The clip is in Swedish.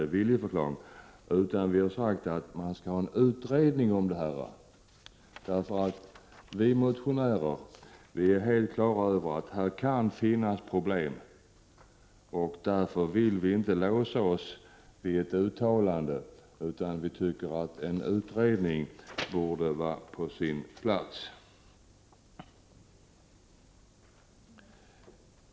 I stället har vi sagt att det behövs en utredning i detta avseende. Vi motionärer är nämligen helt klara över att det kan finnas problem i detta avseende. Mot den bakgrunden vill vi inte binda oss vid ett speciellt uttalande. Vi menar bara att en utredning borde vara på sin plats.